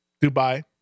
Dubai